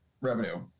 revenue